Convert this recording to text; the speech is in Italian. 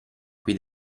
cui